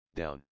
down